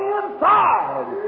inside